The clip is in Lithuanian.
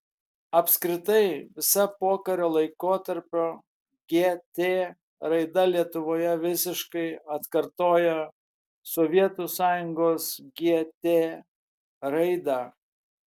apskritai visa pokario laikotarpio gt raida lietuvoje visiškai atkartoja sovietų sąjungos gt raidą